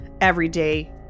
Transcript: everyday